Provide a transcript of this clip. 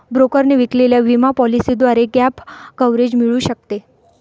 ब्रोकरने विकलेल्या विमा पॉलिसीद्वारे गॅप कव्हरेज मिळू शकते